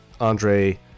Andre